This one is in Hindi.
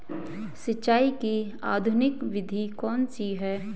सिंचाई की आधुनिक विधि कौन सी है?